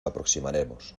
aproximaremos